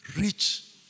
rich